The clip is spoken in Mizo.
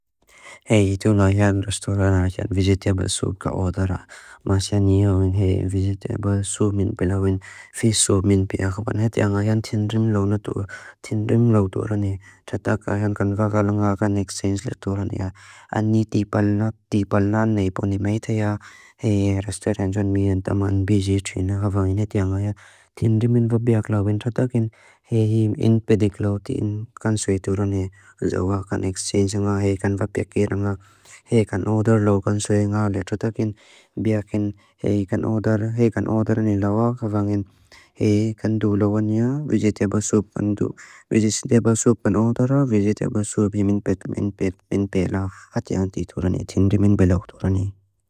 Hei, tu lau hea rastura na xat visiteba su ka otara. Masya niyawin hei visiteba su min pelawin. Fi su min piya kuban. He tia nga yan tindrim lau natua. Tindrim lau tua rani. Tata ka yan kanva kalanga kan exchange lau tua rani ya. Ani tipal na tipal na nai poni maitha ya. Hei rastura ranjan mi yontaman biji trina kaba yon he tia nga ya. Tindrim min va biak lau bin tata kin. Hei him in pedik lau tin. Kansoi tu rani. Zaua kan exchange nga. Hei kanva piya kira nga. Hei kan order lau. Kansoi nga le tata kin. Biakin hei kan order. Hei kan order ni lau lau kaba ngin. Hei kan du lau ania. Visiteba su pan du. Visiteba su pan otara. Visiteba su him in pedik min pelaw. Ati anti tu rani. Tindrim min belau tu rani.